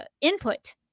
input